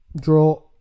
Draw